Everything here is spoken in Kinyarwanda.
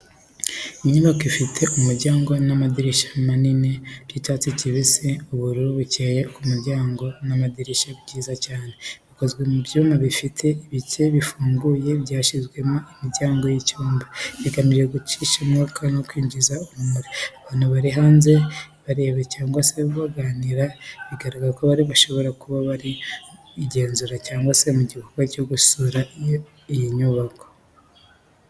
Inyubako ifite umuryango n’amadirishya manini y’icyatsi kibisi ubururu bukeye Umuryango n’amadirishya bwiza cyane. Bikozwe mu byuma bifite ibice bifunguye byashyizwemo imirongo y’icyuma, bigamije gucisha umwuka no kwinjiza urumuri. Abantu bari hanze bareba cyangwa baganira, bigaragara ko bashobora kuba bari mu igenzura cyangwa mu gikorwa cyo gusura iyi nyubako.